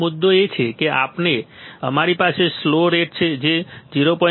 તેથી મુદ્દો એ છે કે અમારી પાસે સ્લો રેટ છે જે 0